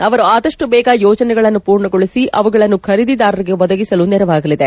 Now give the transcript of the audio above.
ಅವರು ಆದಪ್ಟು ಬೇಗ ಯೋಜನೆಗಳನ್ನು ಪೂರ್ಣಗೊಳಿಸಿ ಅವುಗಳನ್ನು ಖರೀದಿದಾರರಿಗೆ ಒದಗಿಸಲು ನೆರವಾಗಲಿದೆ